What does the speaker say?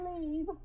leave